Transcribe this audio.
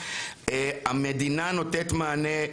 המדינה נותנת מענה,